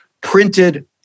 printed